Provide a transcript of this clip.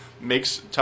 makes